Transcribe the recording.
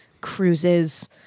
cruises